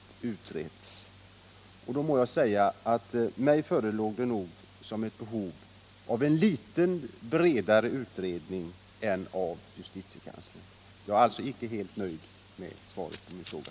Detta krav an Om giftspridningen knyter till min frågeställning, och jag vill tillägga att det enligt min upp — i Teckomatorp, fattning föreligger ett behov av en något bredare utredning än den som m.m. skall göras av justitiekanslern. Jag är således inte helt nöjd med svaret på min fråga.